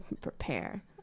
prepare